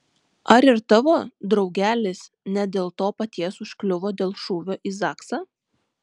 ar ir tavo draugelis ne dėl to paties užkliuvo dėl šūvio į zaksą